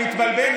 מתבלבל.